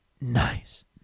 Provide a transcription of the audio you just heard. nice